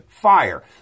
fire